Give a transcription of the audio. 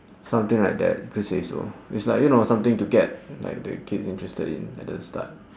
something like that you could say so it's like you know something to get like the kids interested in at the start